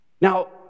Now